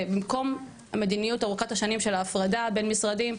ובמקום המדיניות ארוכת השנים של ההפרדה בין המשרדים,